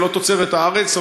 זה לא תוצרת הארץ,